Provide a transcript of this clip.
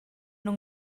nhw